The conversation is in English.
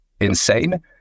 insane